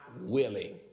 willing